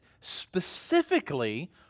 specifically